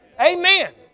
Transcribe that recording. Amen